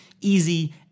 easy